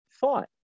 thought